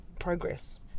progress